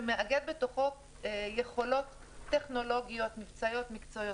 שמאגד בתוכו יכולות טכנולוגיות מבצעיות מקצועיות.